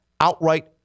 outright